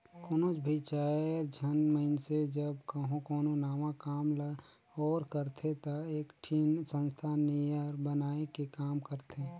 कोनोच भी चाएर झन मइनसे जब कहों कोनो नावा काम ल ओर करथे ता एकठिन संस्था नियर बनाए के काम करथें